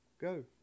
go